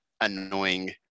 annoying